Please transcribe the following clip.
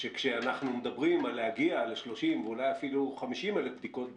וכשאנחנו מדברים על להגיע ל-30,000 ואולי אפילו ל-50,000 בדיקות ביום,